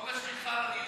חוק שחל על יהודים,